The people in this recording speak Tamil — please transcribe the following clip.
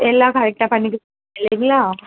எல்லாம் கரெக்ட்டா பண்ணி சரிங்களா